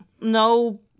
no